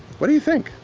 what do you think?